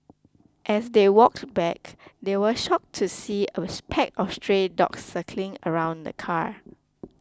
as they walked back they were shocked to see there was pack of stray dogs circling around the car